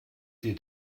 die